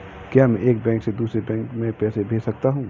क्या मैं एक बैंक से दूसरे बैंक में पैसे भेज सकता हूँ?